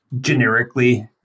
generically